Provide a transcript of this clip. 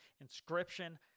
inscription